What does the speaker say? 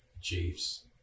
Chiefs